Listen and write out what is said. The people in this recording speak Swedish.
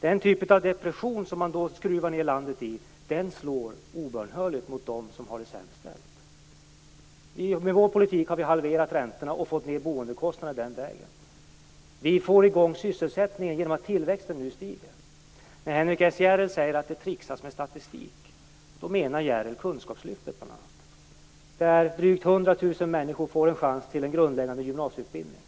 Den typ av depression som man då skruvar ned landet i, slår obönhörligt mot dem som har det sämst ställt. Med vår politik har vi halverat räntorna, och vi har fått ned boendekostnaderna den vägen. Vi får i gång sysselsättningen genom att tillväxten nu stiger. När Henrik S Järrel säger att det tricksas med statistik menar han bl.a. kunskapslyftet. Där får drygt 100 000 människor en chans till en grundläggande gymnasieutbildning.